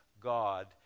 God